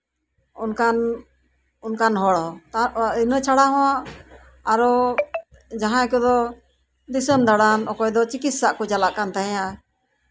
ᱚᱱᱠᱟᱱ ᱚᱱᱠᱟᱱ ᱦᱚᱲᱦᱚᱸ ᱤᱱᱟᱹ ᱪᱷᱟᱲᱟ ᱟᱨᱚ ᱡᱟᱦᱟᱸᱭ ᱠᱚᱫᱚ ᱫᱤᱥᱚᱢ ᱫᱟᱬᱟᱱ ᱚᱠᱚᱭ ᱫᱚ ᱪᱤᱠᱤᱛᱥᱟ ᱠᱚ ᱪᱟᱞᱟᱜ ᱠᱟᱱ ᱛᱟᱦᱮᱫᱼᱟ